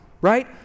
right